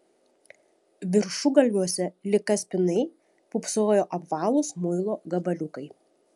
viršugalviuose lyg kaspinai pūpsojo apvalūs muilo gabaliukai